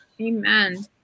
Amen